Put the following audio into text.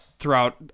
throughout